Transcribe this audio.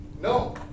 No